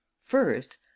first